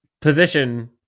position